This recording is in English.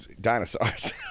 Dinosaurs